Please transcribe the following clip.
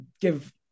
give